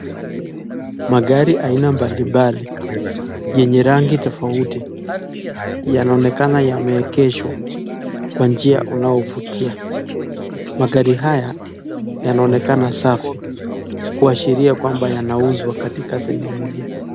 Magari aina mbali mbali yenye rangi tofauti yanaonekana yameegeshwa kwa njia unaovutia. Magari haya yanaonekana safi kuashiria kwamba yanauzwa katika sehemu hii.